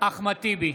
אחמד טיבי,